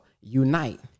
Unite